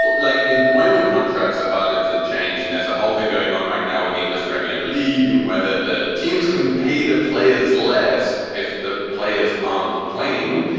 like employment contracts are harder to change. and there's a whole thing going on right now with the english premier league and whether teams can pay the players less if the players aren't playing,